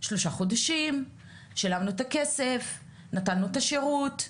שלושה חודשים, שילמנו את הכסף, נתנו את השירות.